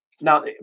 now